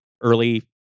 early